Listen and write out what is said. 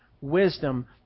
wisdom